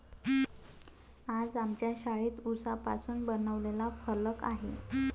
आज आमच्या शाळेत उसापासून बनवलेला फलक आहे